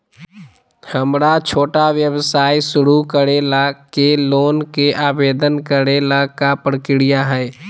हमरा छोटा व्यवसाय शुरू करे ला के लोन के आवेदन करे ल का प्रक्रिया हई?